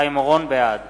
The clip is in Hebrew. בעד